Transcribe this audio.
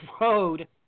Road